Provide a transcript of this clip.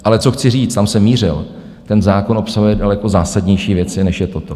Ale co chci říct, tam jsem mířil, ten zákon obsahuje daleko zásadnější věci, než je toto.